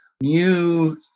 new